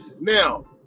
now